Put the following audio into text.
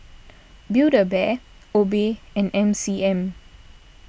Build A Bear Obey and M C M